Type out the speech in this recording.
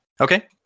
Okay